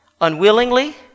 unwillingly